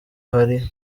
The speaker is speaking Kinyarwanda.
hari